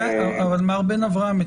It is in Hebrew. מר בן אברהם,